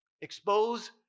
Expose